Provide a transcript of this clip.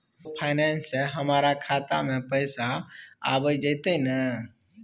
Microfinance से हमारा खाता में पैसा आबय जेतै न?